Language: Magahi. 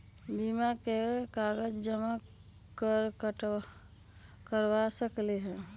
बीमा में कागज जमाकर करवा सकलीहल?